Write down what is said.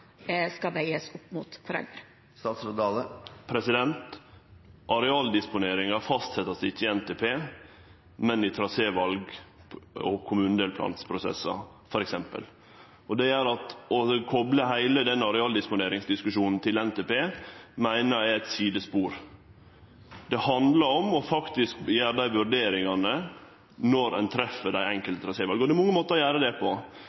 skal veies opp mot hverandre? Arealdisponeringa vert ikkje fastsett i NTP, men i traséval og kommunedelplanprosessar, f.eks. Det å kople heile arealdisponeringsdiskusjonen til NTP meiner eg er eit sidespor. Det handlar faktisk om å gjere dei vurderingane når ein treffer dei enkelte trasévala, og det er mange måtar å gjere det på.